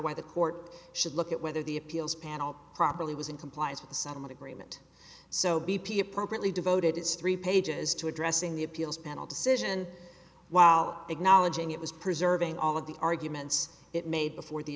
why the court should look at whether the appeals panel properly was in compliance with the settlement agreement so b p appropriately devoted its three pages to addressing the appeals panel decision while acknowledging it was preserving all of the arguments it made before the